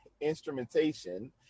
instrumentation